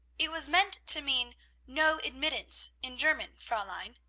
it was meant to mean no admittance in german, fraulein.